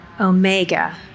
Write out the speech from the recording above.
omega